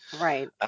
right